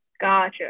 gotcha